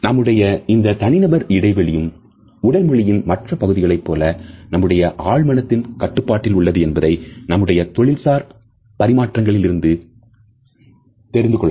நம்முடைய இந்த தனிநபர் இடைவெளியும் உடல் மொழியின் மற்ற பகுதிகளைப் போல நம்முடைய ஆழ் மனதின் கட்டுப்பாட்டில் உள்ளது என்பதை நம்முடைய தொழில்சார் பரிமாற்றங்களில் இருந்து தெரிந்து கொள்ளலாம்